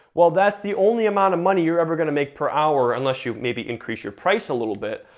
well that's the only amount of money you're ever gonna make per hour, unless you maybe increase your price a little bit,